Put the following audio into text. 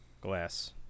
Glass